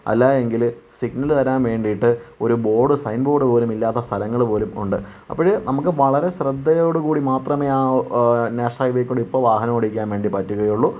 അല്ല എങ്കിൽ സിഗ്നല് തരാൻ വേണ്ടീട്ട് ഒരു ബോർഡ് സൈൻ ബോർഡ് പോലും ഇല്ലാത്ത സ്ഥലങ്ങൾ പോലും ഉണ്ട് അപ്പോൾ നമുക്ക് വളരെ ശ്രദ്ധയോടുകൂടി മാത്രമേ നാഷണൽ ഹൈ വേയിൽ കൂടി ഇപ്പോൾ വാഹനം ഓടിക്കാൻ പറ്റുകയുള്ളു